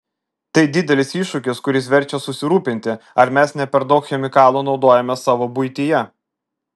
tai didelis iššūkis kuris verčia susirūpinti ar mes ne per daug chemikalų naudojame savo buityje